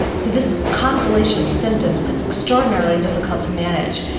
so this constellation of symptoms is extraordinarily difficult to manage.